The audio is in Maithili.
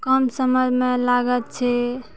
कम समयमे लागत छै